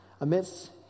amidst